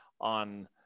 on